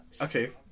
Okay